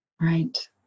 right